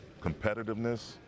Competitiveness